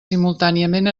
simultàniament